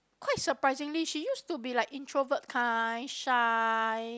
quite surprisingly she used to be like introvert kind shy